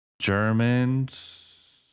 Germans